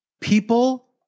people